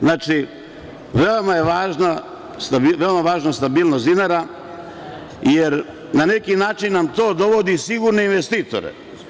Znači, veoma je važna stabilnost dinara jer na neki način nam to dovodi sigurne investitore.